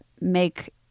make